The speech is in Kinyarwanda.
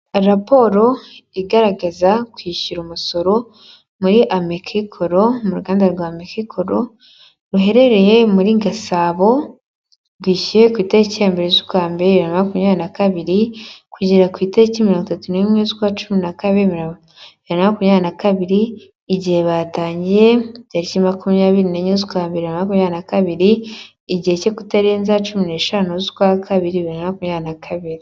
Raporo igeza kwishyura umusoro muri amekikoro mu ruganda rwa mikicoro ruherereye muri gasabo dushyizo ubwa mbereliyo makumyabiri nakabiri kugera ku itariki mirongoinotatu n'mwe cumi nakumyabiri na kabiri igihe batangiye tariki makumyabiri neyebiri makumyabiri naka kabiri igihe cyo kutarenzeza cumi ne'shanu n'ukwa kabiri nakumya naka kabiri.